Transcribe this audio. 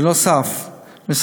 נוסף על כך,